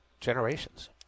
generations